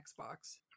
xbox